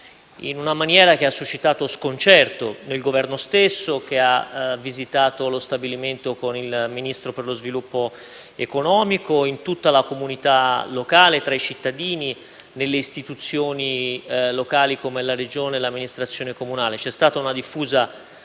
in una maniera che ha suscitato sconcerto nel Governo stesso, che ha visitato lo stabilimento con il Ministro per lo sviluppo economico, in tutta la comunità locale, tra i cittadini e nelle istituzioni locali, come la Regione e l'amministrazione comunale. C'è stata una diffusa